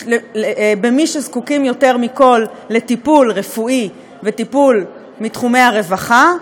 מי שזקוקים יותר מכול לטיפול רפואי ולטיפול מתחומי הרווחה,